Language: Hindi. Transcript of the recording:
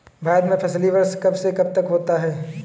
भारत में फसली वर्ष कब से कब तक होता है?